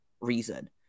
reason